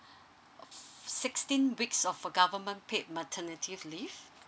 sixteen weeks of a government paid maternity leave